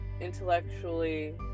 intellectually